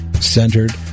centered